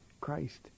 Christ